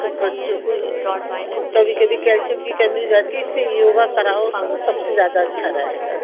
तो बच्चों को यह कभी कभी कैल्शियम की कमी हो जाती है इससे योग कराओ उसको सबसे ज़्यादा अच्छा रहेगा